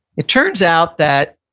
it turns out that